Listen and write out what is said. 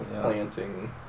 planting